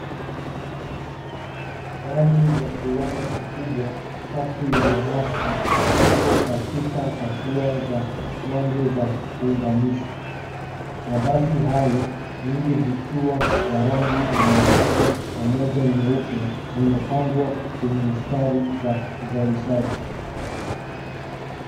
Ndani ya kiwanda kikubwa safu ya mabasi ipo katika hatua za mwanzo za kuunganishwa. Mabasi hayo nyingi zikiwa na rangi ya machungwa na moja nyeupe zimepangwa kwenye mstari za uzalishaji.